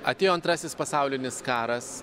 atėjo antrasis pasaulinis karas